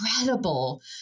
incredible